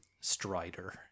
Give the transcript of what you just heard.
Strider